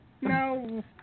no